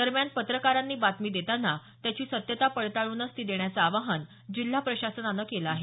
दरम्यान पत्रकारांनी बातमी देताना त्याची सत्यता पडताळूनच ती देण्याचं आवाहन जिल्हा प्रशासनानं केलं आहे